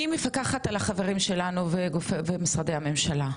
אני מפקחת על החברים שלנו ומשרדי הממשלה,